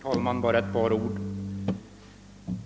Herr talman! Bara ett par ord!